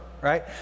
right